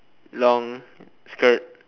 long skirt